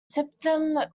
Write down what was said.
symptom